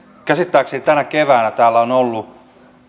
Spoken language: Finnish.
käsittääkseni tänä keväänä täällä on ollut